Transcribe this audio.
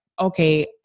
okay